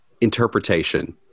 interpretation